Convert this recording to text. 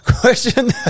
Question